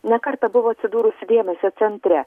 ne kartą buvo atsidūrusi dėmesio centre